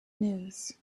news